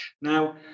Now